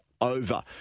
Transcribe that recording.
over